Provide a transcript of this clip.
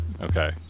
Okay